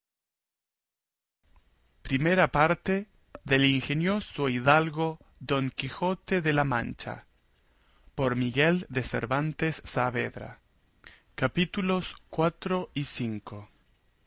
segunda parte del ingenioso caballero don quijote de la mancha por miguel de cervantes saavedra y no